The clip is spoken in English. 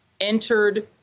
entered